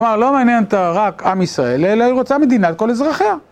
כלומר, לא מעניין אותה רק עם ישראל, אלא היא רוצה מדינת על כל אזרחיה.